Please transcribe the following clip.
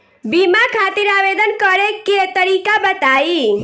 बीमा खातिर आवेदन करे के तरीका बताई?